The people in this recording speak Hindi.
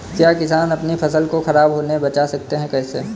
क्या किसान अपनी फसल को खराब होने बचा सकते हैं कैसे?